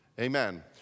Amen